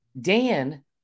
Dan